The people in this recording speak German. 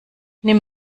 nimm